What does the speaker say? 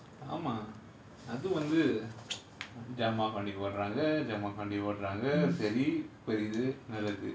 ஆமா அது வந்து:aamaa athu vanthu drama பண்ணி ஓடுறாங்க:panni oduraanga drama காக ஓடுறாங்க சரி தெரிது புரிது:kaaga oduraanga sari thereethu pureethu